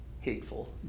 hateful